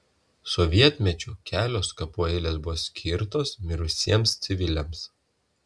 sovietmečiu kelios kapų eilės buvo skirtos mirusiems civiliams